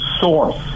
source